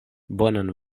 bonan